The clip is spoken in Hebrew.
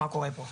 מה קורה פה?